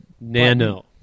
Nano